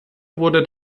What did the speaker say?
wurde